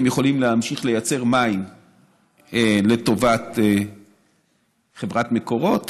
הם יכולים להמשיך לייצר מים לטובת חברת מקורות.